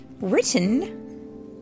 written